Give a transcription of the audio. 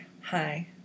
Hi